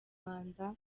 rwanda